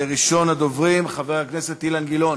ראשון הדוברים, חבר הכנסת אילן גילאון.